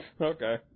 Okay